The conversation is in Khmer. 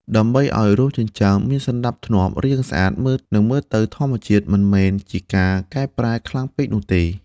ដើម្បីឲ្យរោមចិញ្ចើមមានសណ្តាប់ធ្នាប់ រាងស្អាត និងមើលទៅធម្មជាតិ មិនមែនជាការកែប្រែខ្លាំងពេកនោះទេ។